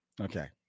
Okay